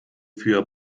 für